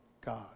God